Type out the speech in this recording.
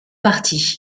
parties